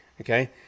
Okay